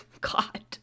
god